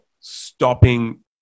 stopping